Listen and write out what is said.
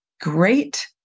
great